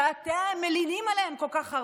שאתם מלינים עליהם כל כך הרבה.